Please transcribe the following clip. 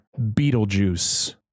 Beetlejuice